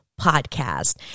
Podcast